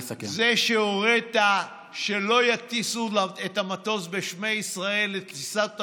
זה שהורית שלא יטיסו את המטוס בשמי ישראל לטיסת הניסוי,